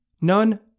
none